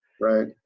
Right